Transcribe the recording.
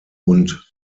und